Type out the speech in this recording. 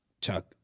Chuck